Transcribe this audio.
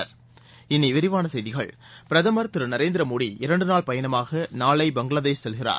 இனி விரிவான செய்திகள் பிரதமர் திரு நரேந்திர மோடி இரண்டு நாள் பயணமாக நாளை பங்களாதேஷ் செல்கிறார்